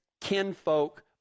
kinfolk